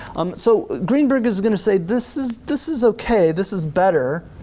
um so greenberg is is gonna say this is this is okay, this is better